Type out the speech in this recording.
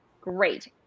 great